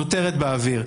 נותרת באוויר?